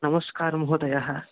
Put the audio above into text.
नमस्कारः महोदयः